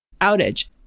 outage